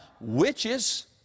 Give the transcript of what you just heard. witches